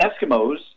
Eskimos